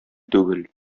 түгел